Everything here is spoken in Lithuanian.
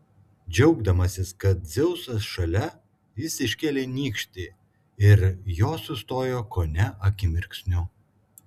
džiaugdamasis kad dzeusas šalia jis iškėlė nykštį ir jos sustojo kone akimirksniu